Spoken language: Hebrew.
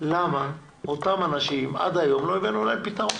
למה אותם אנשים, עד היום לא הבאנו להם פתרון.